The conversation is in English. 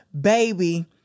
baby